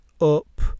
Up